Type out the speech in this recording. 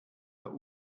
der